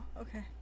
okay